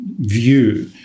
view